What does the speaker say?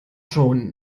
schon